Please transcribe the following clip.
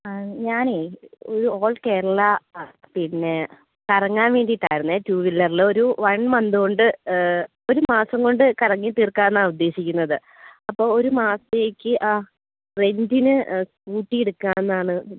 ഞാനേ ഒരു ഓൾ കേരള പിന്നെ കറങ്ങാൻ വേണ്ടിയിട്ടായിരുന്നേ ടു വീലറിൽ ഒരു വൺ മന്ത് കൊണ്ട് ഒരു മാസം കൊണ്ട് കറങ്ങിതീർക്കാം എന്നാണ് ഉദ്ദേശിക്കുന്നത് അപ്പോൾ ഒരു മാസത്തേക്ക് റെൻറിന് സ്കൂട്ടി എടുക്കാം എന്നാണ്